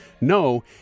No